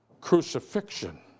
crucifixion